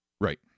Right